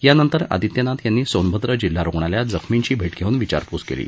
यानंतर आदित्यनाथ यांनी सोनभ्रद जिल्हा रुग्णालयात जखर्मीची भे धेऊन विचारपूस केली